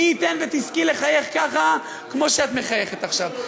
מי ייתן ותזכי לחייך ככה כמו שאת מחייכת עכשיו.